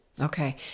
Okay